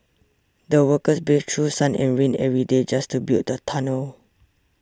the workers braved through sun and rain every day just to build the tunnel